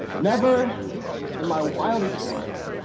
never in my wildest dreams,